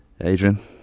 Adrian